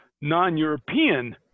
non-European